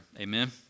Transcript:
Amen